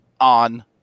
on